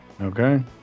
Okay